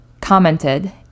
commented